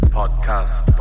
podcast